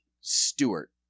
stewart